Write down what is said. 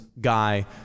guy